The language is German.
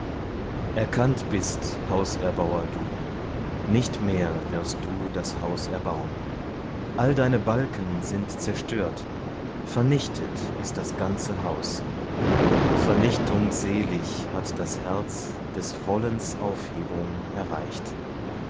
erkannt bist hauserbauer du nicht mehr wirst du das haus erbaun all deine balken sind zerstört vernichtet ist das ganze haus vernichtungselig hat das herz des wollens aufhebung erreicht